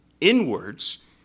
inwards